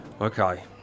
Okay